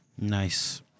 Nice